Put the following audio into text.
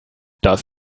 das